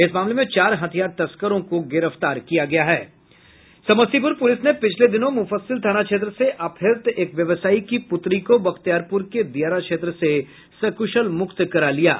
इस मामले में चार हथियार तस्करों को भी गिरफ्तार किया गया है समस्तीपुर पुलिस ने पिछले दिनों मुफस्सिल थाना क्षेत्र से अपहृत एक व्यवसायी की पुत्री को बख्तियारपुर के दियारा क्षेत्र से सकुशल मुक्त करा लिया है